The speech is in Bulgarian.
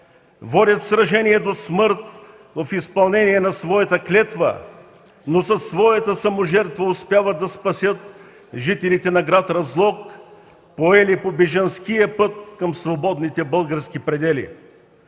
водят сражение до смърт в изпълнение на своята клетва, но със своята саможертва успяват да спасят жителите на град Разлог, поели по бежанския път към свободните български предели.